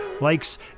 likes